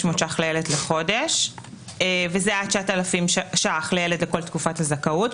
שקל לילד לחודש וזה עד 9,000 שקל לילד לכל תקופת הזכאות,